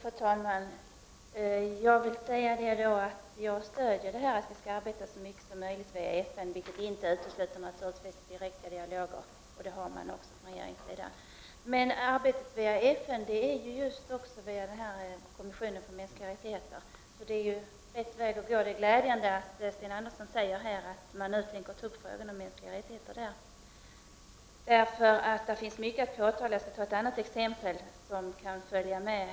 Fru talman! Jag stöder det som utrikesministern sade om att Sverige skall arbeta så mycket som möjligt via FN, vilket naturligtvis inte utesluter direkta dialoger, vilket regeringen har. Men arbetet via FN sker ju via kommissionen för de mänskliga rättigheterna, och det är därför rätt väg att gå. Det är glädjande att Sten Andersson säger att man från svensk sida tänker ta upp frågan om de mänskliga rättigheterna i kommissionen. Det finns nämligen mycket att påtala, och jag skall nämna ett exempel.